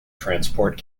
transport